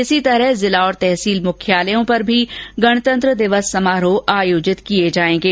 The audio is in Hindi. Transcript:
इस्रो तरह जिला और तहसीह मुख्यालयों पर भी गणतंत्र दिवस समारोह आयोजित किए जायेंगे